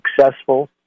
successful